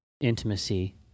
intimacy